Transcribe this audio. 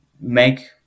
make